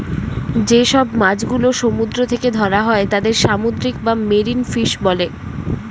যে সব মাছ গুলো সমুদ্র থেকে ধরা হয় তাদের সামুদ্রিক বা মেরিন ফিশ বলে